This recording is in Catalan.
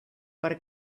per